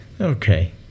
Okay